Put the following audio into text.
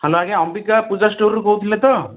hello ଆଜ୍ଞା ଆମ୍ବିକା ପୂଜା ଷ୍ଟୋରରୁ କହୁଥିଲେ ତ